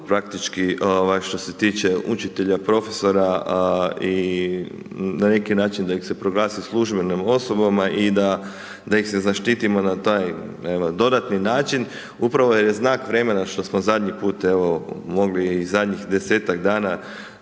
praktički ovaj što se tiče učitelja, profesora i na neki način da ih se proglasi službenim osobama i da ih se zaštitimo na taj evo dodatni način, upravo jer je znak vremena što smo zadnji put mogli i zadnjih 10-tak dana